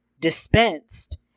dispensed